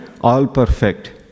all-perfect